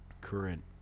current